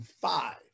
five